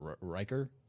Riker